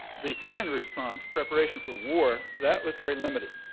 the second response, preparation for war, that was very limited.